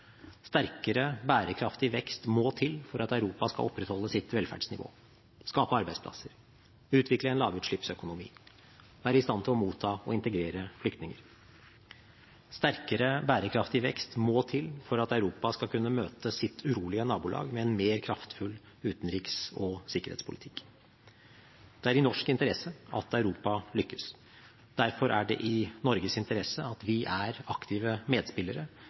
Sterkere, bærekraftig vekst må til for at Europa skal opprettholde sitt velferdsnivå, skape arbeidsplasser, utvikle en lavutslippsøkonomi og være i stand til å motta og integrere flyktninger. Sterkere, bærekraftig vekst må til for at Europa skal kunne møte sitt urolige nabolag med en mer kraftfull utenriks- og sikkerhetspolitikk. Det er i norsk interesse at Europa lykkes. Derfor er det i Norges interesse at vi er aktive medspillere